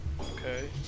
Okay